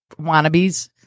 wannabes